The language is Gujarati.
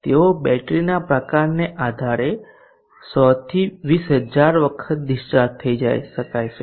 તેઓ બેટરીના પ્રકારને આધારે 100 થી 20000 વખત ડિસ્ચાર્જ કરી શકાય છે